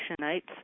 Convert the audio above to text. nights